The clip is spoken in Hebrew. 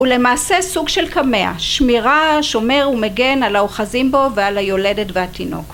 ‫הוא למעשה סוג של קמע, ‫שמירה, שומר ומגן על האוחזים בו ‫ועל היולדת והתינוק.